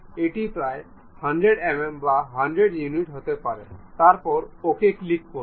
এটি প্রায় 100 mm বা 100 ইউনিট হতে পারে তারপরে OK ক্লিক করুন